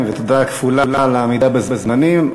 ותודה כפולה על העמידה בזמנים.